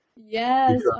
Yes